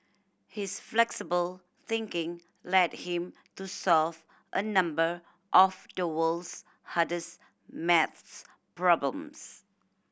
his flexible thinking led him to solve a number of the world's hardest maths problems